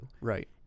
right